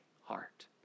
heart